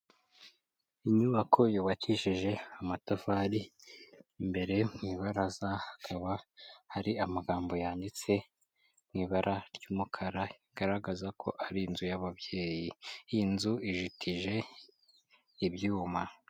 Inyubako yubakishije amatafari, imbere mu ibaraza hakaba hari amagambo yanditse mu ibara ry'umukara agaragaza ko ari inzu y'ababyeyi, iyi nzu ijitije ibyuma.